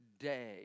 day